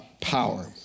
power